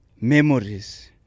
memories